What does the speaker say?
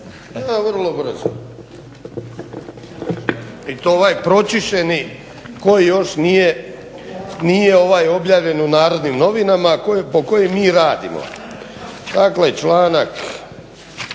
Vrlo brzo. I to ovaj pročišćeni koji još nije objavljen u NN a po kojem mi radimo. Dakle članak